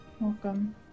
Welcome